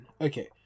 Okay